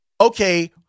okay